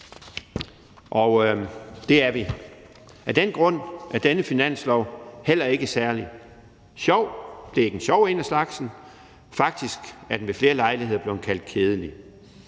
og det er vi. Af den grund er denne finanslov heller ikke særlig sjov. Det er ikke en sjov en af slagsen. Faktisk er den ved flere lejligheder blevet kaldt kedelig.